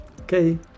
Okay